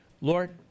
Lord